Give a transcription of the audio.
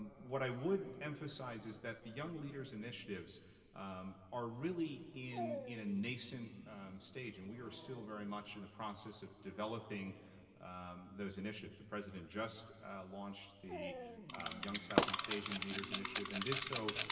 and what i would emphasize is that the young leaders initiatives are really in in a nascent stage, and we are still very much in the process of developing those initiatives. the president just launched the young southeast asian leaders initiative, and did so,